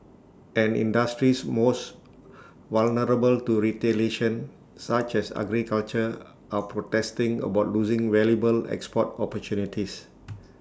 and industries most vulnerable to retaliation such as agriculture are protesting about losing valuable export opportunities